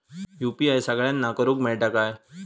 UPI सगळ्यांना करुक मेलता काय?